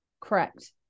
Correct